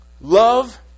Love